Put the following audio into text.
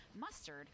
mustard